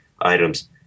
items